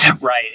Right